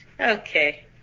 Okay